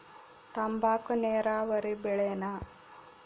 ತಂಬಾಕು ನೇರಾವರಿ ಬೆಳೆನಾ?